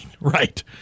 right